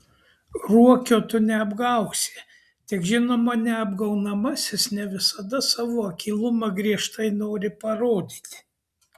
ruokio tu neapgausi tik žinoma neapgaunamasis ne visada savo akylumą griežtai nori parodyti